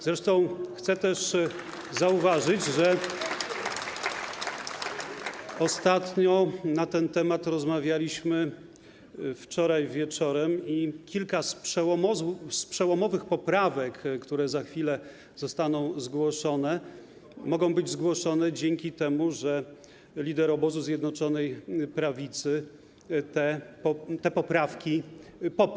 Zresztą chcę też zauważyć, że ostatnio na ten temat rozmawialiśmy wczoraj wieczorem i kilka przełomowych poprawek, które za chwilę zostaną zgłoszone, może być zgłoszonych dzięki temu, że lider obozu Zjednoczonej Prawicy je poparł.